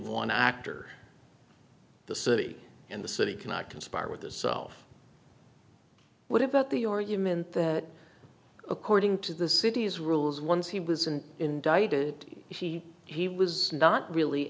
one actor the city and the city cannot conspire with this self what about the argument that according to the city's rules once he was an indicted he he was not really